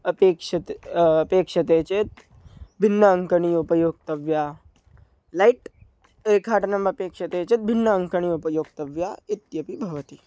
अपेक्ष्यते अपेक्ष्यते चेत् भिन्ना अङ्कनी उपयोक्तव्या लैट् रेखाटनम् अपेक्ष्यते चेत् भिन्ना अङ्कनी उपयोक्तव्या इत्यपि भवति